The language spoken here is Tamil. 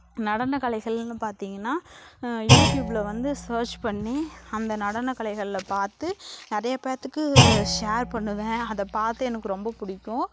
நடனக்கலைகள்ன்னு பார்த்திங்கன்னா யூடியூப்பில் வந்து சேர்ச் பண்ணி அந்த நடனக்கலைகளில் பார்த்து நிறைய பேர்த்துக்கு ஷேர் பண்ணுவேன் அதை பார்த்து எனக்கு ரொம்ப பிடிக்கும்